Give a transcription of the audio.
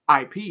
IP